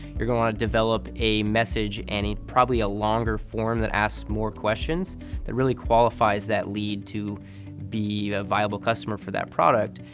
you're going to develop a message and probably a longer form that asks more questions that really qualifies that lead to be viable customer for that product.